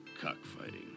Cockfighting